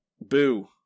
boo